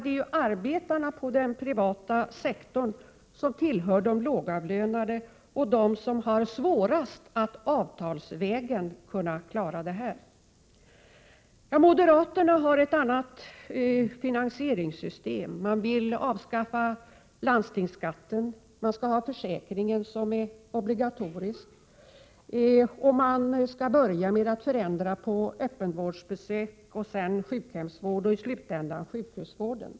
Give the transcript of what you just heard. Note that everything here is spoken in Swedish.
Det är ju arbetarna på den privata sektorn som tillhör de lågavlönade och som har svårast att avtalsvägen uppnå förbättringar. Moderaterna har ett annat finansieringssystem. De vill avskaffa landstingsskatten och i stället införa en obligatorisk försäkring. De vill börja med att förändra formerna för öppenvårdsbesök och sjukhemsvård samt i slutändan sjukhusvården.